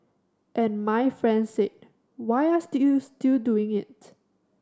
and my friend said why are still still doing it